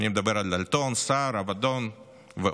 אני מדבר על דלתון, סער, עבדון ועוד,